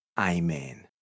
Amen